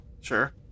Sure